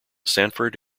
sanford